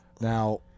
Now